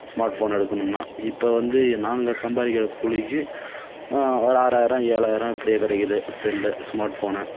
smart phone எடுக்கணும்னா இப்போ வந்து நாங்கள் சம்பாதிக்கிற கூலிக்கு ஒரு ஆறாயிரம் ஏழாயிரம் இப்படியே கிடைக்குது செல்லு ஸ்மார்ட் ஃபோனு